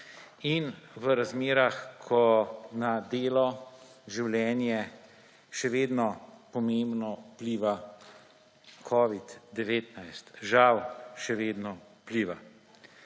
in v razmerah, ko na delo, življenje še vedno pomembno vpliva covid-19. Žal, še vedno vpliva.